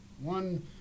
one